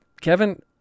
Kevin